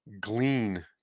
glean